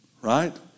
right